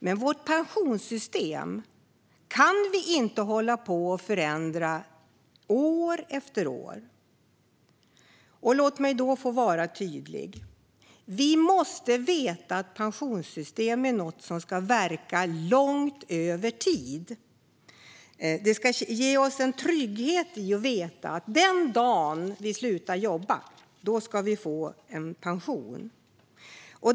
Men vårt pensionssystem kan vi inte hålla på att förändra år efter år. Låt mig vara tydlig! Vi måste veta att pensionssystem ska verka över lång tid. Det ska ge oss en trygghet, så att vi vet att den dag vi slutar jobba får vi pension.